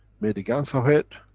made a gans of it,